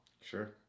Sure